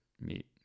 meet